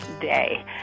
day